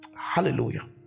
hallelujah